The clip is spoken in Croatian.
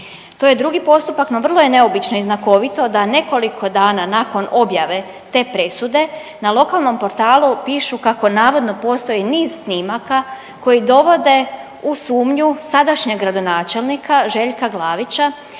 To je drugi postupak, no vrlo je neobično i znakovito da nekoliko dana nakon objave te presude na lokalnom portalu pišu kako navodno postoji niz snimaka koji dovode u sumnju sadašnjeg gradonačelnika Željka Glavića